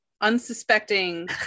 unsuspecting